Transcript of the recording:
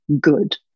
good